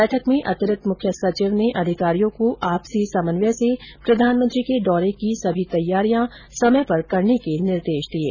बैठक में अतिरिक्त मुख्य सचिव ने अधिकारियों को आपसी समन्वय से प्रधानमंत्री के दौरे की सभी तैयारियां समय पर करने के निर्देश दिये